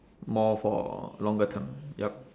more for longer term yup